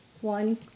One